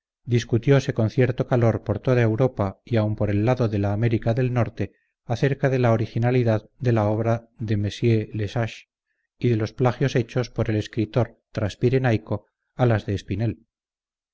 discutiose con cierto calor por toda europa y aun por el lado de la américa del norte acerca de la originalidad de la obra de mr lesage y de los plagios hechos por el escritor transpirenaico a las de espinel